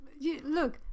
look